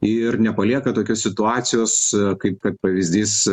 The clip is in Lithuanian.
ir nepalieka tokios situacijos kaip kad pavyzdys